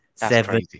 Seven